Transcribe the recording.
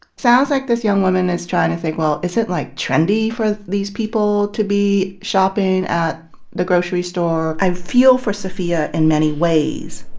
sounds like this young woman is trying to think, well, is it, like, trendy for these people to be shopping at the grocery store? i feel for sophia in many ways.